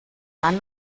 dann